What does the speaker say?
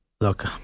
look